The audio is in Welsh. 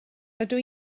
rydw